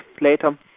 later